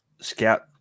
scout